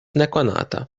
nekonata